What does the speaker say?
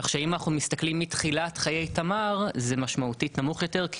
כך שאם אנחנו מסתכלים מתחילת חיי תמר זה משמעותית נמוך יותר,